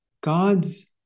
God's